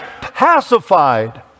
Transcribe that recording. pacified